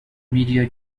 media